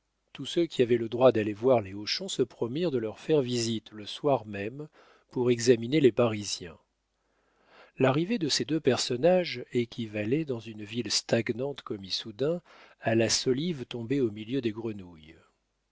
tous ceux qui avaient le droit d'aller voir les hochon se promirent de leur faire visite le soir même pour examiner les parisiens l'arrivée de ces deux personnages équivalait dans une ville stagnante comme issoudun à la solive tombée au milieu des grenouilles